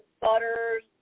butters